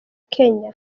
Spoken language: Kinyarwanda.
kenya